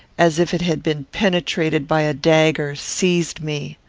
as if it had been penetrated by a dagger, seized me.